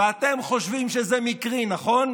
ואתם חושבים שזה מקרי, נכון?